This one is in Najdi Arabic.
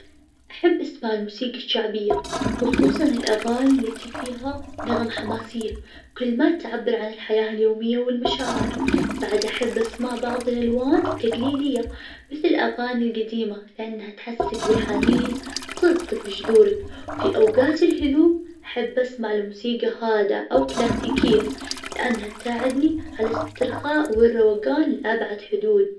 لو تفرغت لمدة ثلاث ساعات, أول شي بيسويه, أخصص ساعة للجراءة, لأن الجراءة تمدني بالمعلومات, وتفتح لي آفاق جديدة, بعدين بخصص ساعتين للتدريب في الرياضة, أو ممارسات هواية, مثل الرسم, أو الكتابة, عشان استثمر وقتي في شي يخليني أستمتع وأطور من نفسي وذاتي, واشغل وقت فراغي.